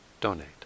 donate